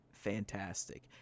Fantastic